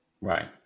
Right